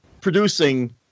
producing